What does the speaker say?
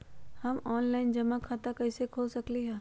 हम ऑनलाइन जमा खाता कईसे खोल सकली ह?